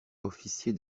officier